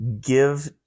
Give